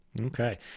Okay